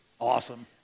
awesome